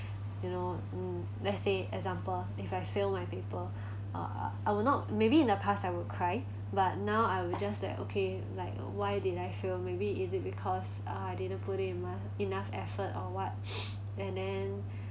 you know um let's say example if I fail my paper uh I will not maybe in the past I will cry but now I will just that okay like why did I fail maybe is it because uh I didn't put in enough effort or what and then